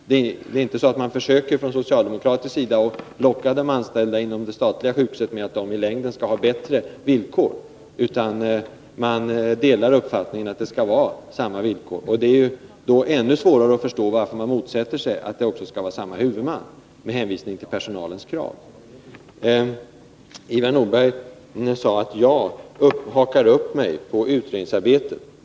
Det är inte så att man från socialdemokratisk sida försöker locka de anställda inom det statliga sjukhuset med att de i längden skall ha bättre villkor, utan Ivar Nordberg har givit klart uttryck för uppfattningen att det skall vara samma villkor för samma arbete. Det är då ännu svårare att förstå varför socialdemokraterna motsätter sig att det skall vara samma huvudman, med hänvisning till personalens krav. Ivar Nordberg sade att jag hakar upp mig på utredningsarbetet.